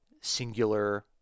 singular